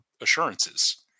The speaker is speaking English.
assurances